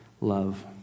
love